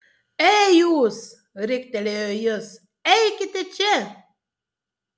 ei jūs riktelėjo jis eikite čia